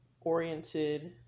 oriented